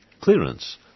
clearance